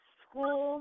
school